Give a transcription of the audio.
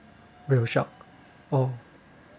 we were shocked oh